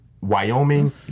Wyoming